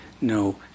no